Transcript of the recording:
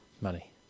money